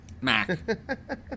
Mac